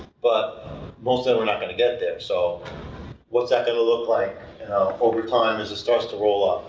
but most of them are not gonna get there, so what's that gonna look like over time as it starts to roll up